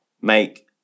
make